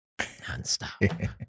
nonstop